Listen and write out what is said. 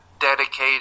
dedicated